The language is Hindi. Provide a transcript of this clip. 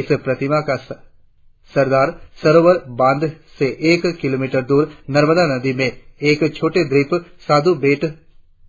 इस प्रतिमा का सरदार सरोवर बांध से एक किलोमीटर दूर नर्मदा नदी में एक छोटे द्वीप साधू बेट